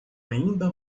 ainda